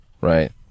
Right